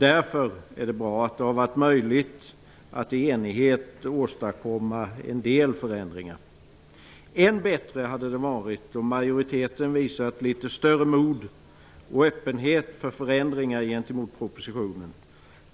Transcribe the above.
Därför är det bra att det har varit möjligt att i enighet åstadkomma en del förändringar. Än bättre hade det varit om majoriteten hade visat litet större mod och öppenhet inför förändringar gentemot propositionen.